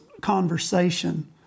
conversation